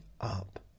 up